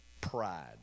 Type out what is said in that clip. pride